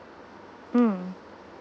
mm